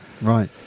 Right